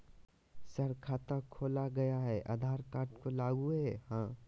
Sir खाता खोला गया मैं आधार कार्ड को लागू है हां?